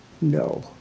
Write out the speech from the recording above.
no